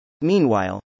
Meanwhile